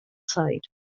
side